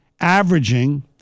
averaging